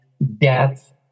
Death